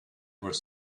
were